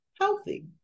healthy